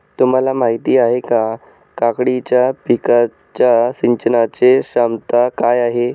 तुम्हाला माहिती आहे का, काकडीच्या पिकाच्या सिंचनाचे क्षमता काय आहे?